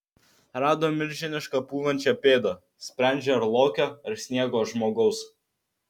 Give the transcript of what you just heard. rado milžinišką pūvančią pėdą sprendžia ar lokio ar sniego žmogaus